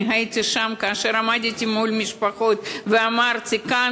אני הייתי שם ועמדתי מול משפחות ואמרתי: כאן,